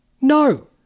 No